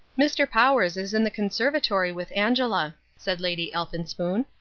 mr. powers is in the conservatory with angela, said lady elphinspoon.